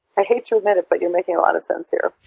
i hate to admit it, but you're making a lot of sense here.